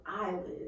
eyelids